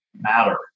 matter